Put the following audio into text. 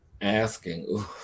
asking